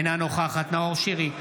אינה נוכחת נאור שירי,